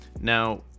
Now